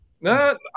no